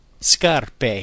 scarpe